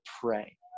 pray